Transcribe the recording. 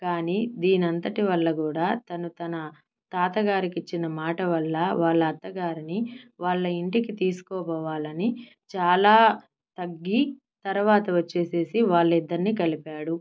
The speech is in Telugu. కానీ దీనంతటి వల్ల కూడా తను తన తాతగారికిచ్చిన మాట వల్ల వాళ్ళ అత్తగారిని వాళ్ళింటికి తీసుకుపోవాలని చాలా తగ్గి తరువాతవొచ్చేసేసి వాళ్ళిద్దరిని కలిపాడు